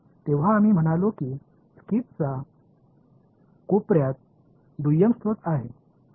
எனவே அந்த இரண்டாம் நிலை ஆதாரங்களைப் போலவே உள்ளன ஏனெனில் அவற்றின் இருப்பிடம் என்ன